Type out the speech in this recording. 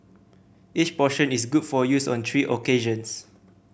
each portion is good for use on three occasions